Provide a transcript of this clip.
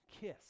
Kiss